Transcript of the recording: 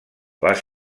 les